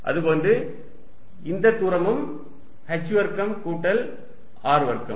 அதுபோன்று இந்த தூரமும் h வர்க்கம் கூட்டல் R வர்க்கம்